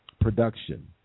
production